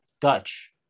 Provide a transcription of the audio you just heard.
dutch